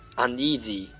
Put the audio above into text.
，uneasy，